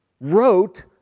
wrote